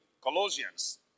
Colossians